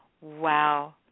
wow